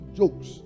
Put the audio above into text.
jokes